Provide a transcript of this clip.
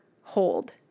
hold